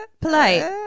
polite